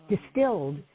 distilled